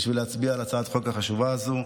כדי להצביע על הצעת החוק החשובה הזאת.